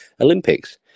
Olympics